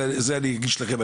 זה אני אגיש לכם,